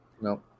No